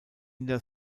kinder